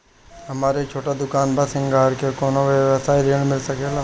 हमर एक छोटा दुकान बा श्रृंगार के कौनो व्यवसाय ऋण मिल सके ला?